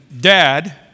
dad